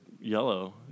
yellow